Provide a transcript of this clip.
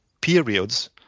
periods